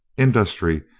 industry,